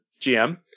GM